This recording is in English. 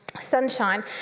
sunshine